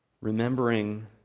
remembering